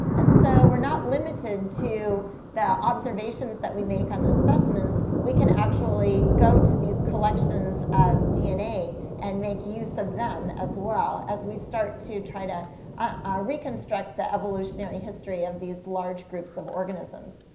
and so we're not limited to the observations that we make on the specimens. we can actually go to these collections of dna and make use of them as well as we start to try to ah reconstruct the evolutionary history of these large groups of organisms.